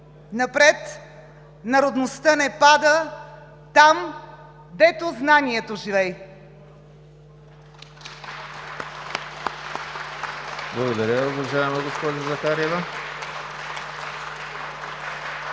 „Напред! Народността не пада там, дето знаньето живей!“